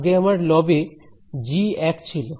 আগে আমার লব এ জি 1 ছিল